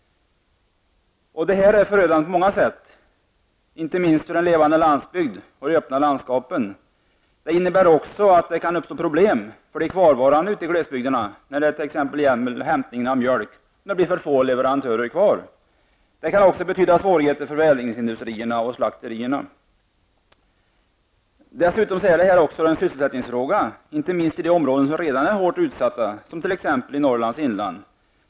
Detta är förödande på många sätt, inte minst för en levande landsbygd och för de öppna landskapen. Om det blir för få leverantörer kvar kan detta också innebära problem för de kvarvarande ute i glesbygderna när det t.ex. gäller hämtningen av mjölk. Det kan också betyda svårigheter för förädlingsindustrierna och slakterierna. Detta är dessutom en sysselsättningsfråga, inte minst i de områden som redan är hårt utsatta, som t.ex. Norrlands inland.